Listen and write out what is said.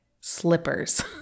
slippers